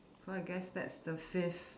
so I guess that's the fifth